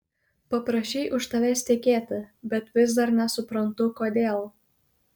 paprašei už tavęs tekėti bet vis dar nesuprantu kodėl